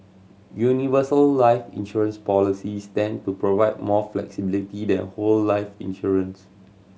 universal life insurance policies tend to provide more flexibility than whole life insurance